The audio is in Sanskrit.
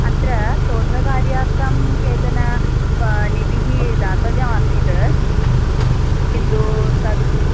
अत्र शोधकार्यार्थं केचन निधिः दातव्यम् आसीत् किन्तु तद्